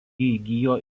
įgijo